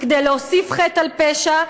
כדי להוסיף חטא על פשע,